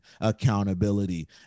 accountability